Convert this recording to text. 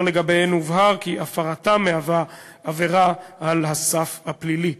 לגביהן הובהר כי הפרתן מהווה עבירה על הסף הפלילי.